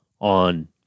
on